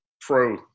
pro –